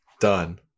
done